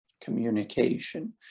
communication